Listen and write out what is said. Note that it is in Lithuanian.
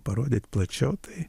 parodyt plačiau tai